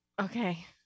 Okay